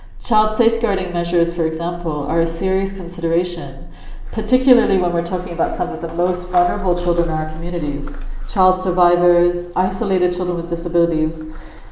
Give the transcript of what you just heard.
child safeguarding measures, for example, are a serious consideration particularly when we're talking about some of the most vulnerable children in our communities child survivors, isolated children with disabilities.